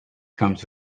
comes